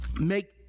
Make